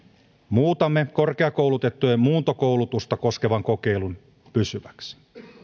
muutamme korkeakoulutettujen muuntokoulutusta koskevan kokeilun pysyväksi